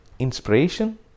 inspiration